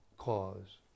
cause